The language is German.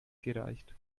gereicht